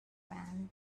iran